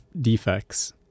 defects